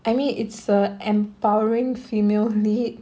I mean it's a empowering female lead